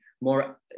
more